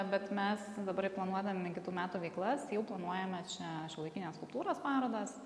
bet mes dabar planuodami kitų metų veiklas jau planuojame čia šiuolaikinės skulptūros parodas